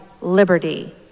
liberty